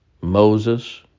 Moses